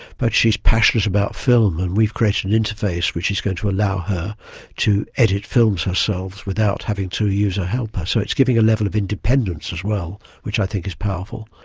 but she is passionate about film, and we've created an interface which is going to allow her to edit films herself without having to use a helper. so it's giving a level of independence as well, which i think is powerful.